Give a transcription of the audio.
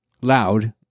loud